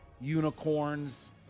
unicorns